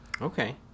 Okay